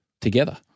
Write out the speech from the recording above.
together